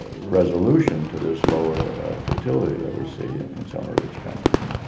resolution to this lower fertility that we see in some of the rich countries?